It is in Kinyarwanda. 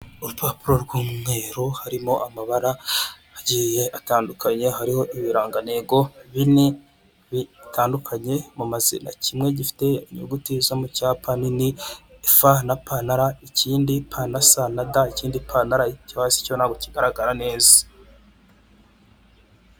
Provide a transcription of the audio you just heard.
Urupapuro rw'umweru hariho amabara atandukanye, hariho ibirangantego bine, bitandukanye mu mazina, kimwe gifite inyuguti zo mu cyapa nini, fa na pa na ra, ikindi pa na sa na da, ikindi pa na la, icyo hasi cyo ntabwo kigaragara neza.